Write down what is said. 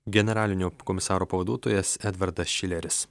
generalinio komisaro pavaduotojas edvardas šileris